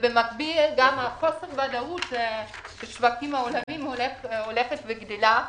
ובמקביל גם חוסר הוודאות בשווקים העולמיים הולך וגדל.